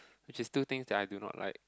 which is two things that I do not like